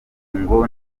ngo